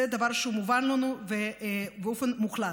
זה דבר שהוא מובן לנו באופן מוחלט.